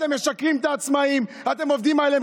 אתם משקרים לעצמאים, אתם עובדים עליהם.